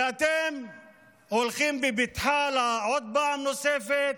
ואתם הולכים בבטחה לעוד פעם נוספת